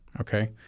Okay